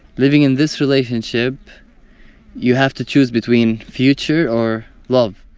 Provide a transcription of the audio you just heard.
living in this relationship you have to choose between future or love.